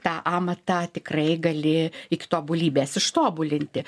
tą amatą tikrai gali iki tobulybės ištobulinti